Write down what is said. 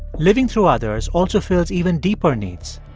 living through others also fills even deeper needs.